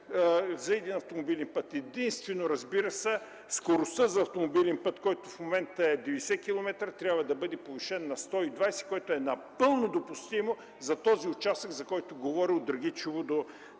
за автомобилен път. Единствено, разбира се, скоростта за автомобилен път в момента е 90 км в час и трябва да бъде повишена на 120 км в час. Това е напълно допустимо за този участък, за който говоря – от Драгичево до Долна